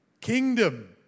kingdom